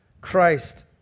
Christ